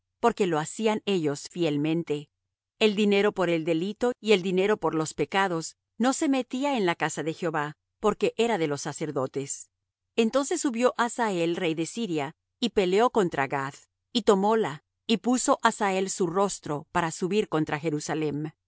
porque lo hacían ellos fielmente el dinero por el delito y el dinero por los pecados no se metía en la casa de jehová porque era de los sacerdotes entonces subió hazael rey de siria y peleó contra gath y tomóla y puso hazael su rostro para subir contra jerusalem